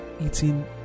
eating